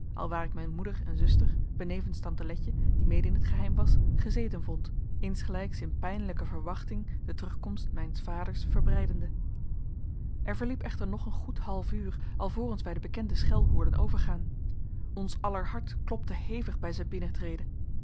alwaar ik mijn moeder en zuster benevens tante letje die mede in t geheim was gezeten vond insgelijks in pijnlijke verwachting de terugkomst mijns vaders verbeidende er verliep echter nog een goed half uur alvorens wij de bekende schel hoorden overgaan ons aller hart klopte hevig bij zijn binnentreden